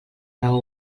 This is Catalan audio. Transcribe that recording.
raó